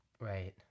Right